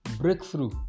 breakthrough